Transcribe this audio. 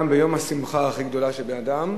גם ביום השמחה הכי גדולה של בן-אדם,